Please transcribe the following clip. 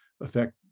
affect